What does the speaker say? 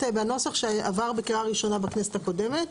בנוסח שעבר בקריאה ראשונה בכנסת הקודמת.